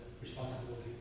responsibility